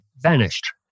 vanished